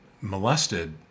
molested